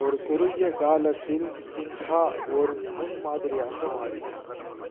ஒரு குறுகிய காலத்தில் சின்ஹா ஒரு முன்மாதிரியாக மாறினார்